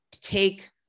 take